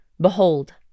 Behold